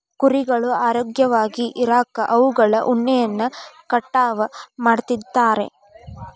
ಕುರಿಗಳು ಆರೋಗ್ಯವಾಗಿ ಇರಾಕ ಅವುಗಳ ಉಣ್ಣೆಯನ್ನ ಕಟಾವ್ ಮಾಡ್ತಿರ್ತಾರ